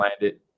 landed